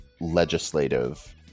legislative